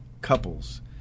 couples